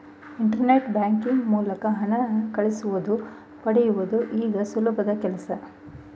internet banking ಮೂಲಕ ಹಣ ಕಳಿಸುವುದು ಪಡೆಯುವುದು ಈಗ ಸುಲಭದ ಕೆಲ್ಸ